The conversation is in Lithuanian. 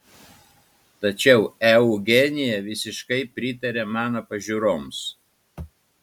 tačiau eugenija visiškai pritarė mano pažiūroms